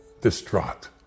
distraught